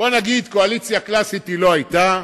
בואו נגיד, קואליציה קלאסית היא לא היתה,